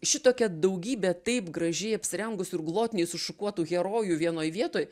šitokia daugybė taip gražiai apsirengusių ir glotniai sušukuotų herojų vienoj vietoj